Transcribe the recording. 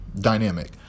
dynamic